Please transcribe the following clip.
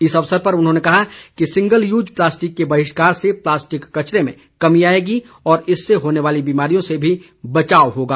इस अवसर पर उन्होंने कहा कि सिंगल यूज प्लास्टिक के बहिष्कार से प्लास्टिक कचरे में कमी आएगी और इससे होने वाली बीमारियों से भी बचाव होगा